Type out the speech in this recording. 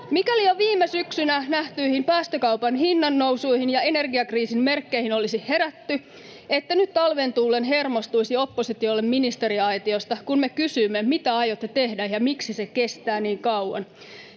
Mikäli jo viime syksynä nähtyihin päästökaupan hinnannousuihin ja energiakriisin merkkeihin olisi herätty, ette nyt talven tullen hermostuisi oppositiolle ministeriaitiosta, kun me kysymme, mitä aiotte tehdä ja miksi se kestää niin kauan.